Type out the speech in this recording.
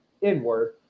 inward